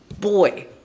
boy